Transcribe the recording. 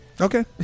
Okay